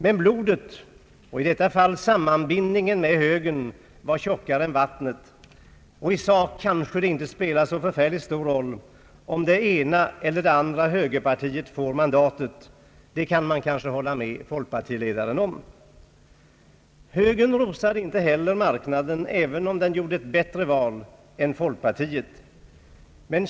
Men blodet — och i detta fall sammanbindningen med högern — var tjockare än vattnet, och i sak kanske det inte spelar så förfärligt stor roll om det ena eller det andra högerpartiet får mandatet. Det kan man kanske hålla med folkpartiledaren om. Högern rosade inte heller marknaden, även om den gjorde ett bättre val än folkpartiet.